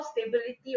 stability